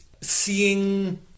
seeing